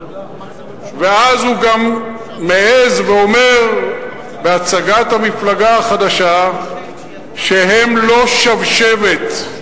ואז הוא גם מעז ואומר בהצגת המפלגה החדשה שהם לא שבשבת,